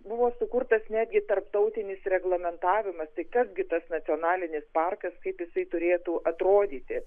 buvo sukurtas netgi tarptautinis reglamentavimas tai kas gi tas nacionalinis parkas kaip jisai turėtų atrodyti